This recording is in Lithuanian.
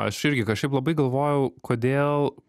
aš irgi kažkaip labai galvojau kodėl